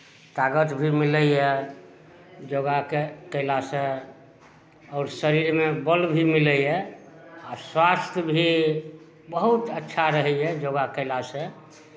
तागत भी मिलैए योगा कय कयलासँ आओर शरीरमे बल भी मिलैए आ स्वास्थ भी बहुत अच्छा रहैए योगा कयलासँ